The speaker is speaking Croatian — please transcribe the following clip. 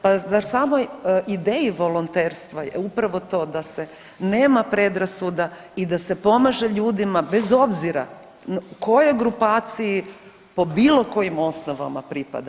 Pa zar samo ideji volonterstva je upravo to, da se nema predrasuda i da se pomaže ljudima bez obzira kojoj grupaciji po bilo kojim osnovama pripada.